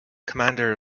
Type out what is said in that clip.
commander